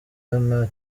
nta